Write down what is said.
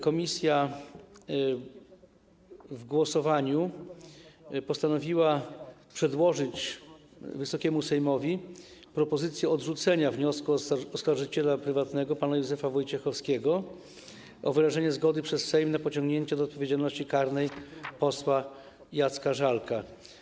Komisja w głosowaniu postanowiła przedłożyć Wysokiemu Sejmowi propozycję odrzucenia wniosku oskarżyciela prywatnego pana Józefa Wojciechowskiego o wyrażenie zgody przez Sejm na pociągnięcie do odpowiedzialności karnej posła Jacka Żalka.